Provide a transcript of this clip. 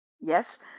yes